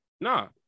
No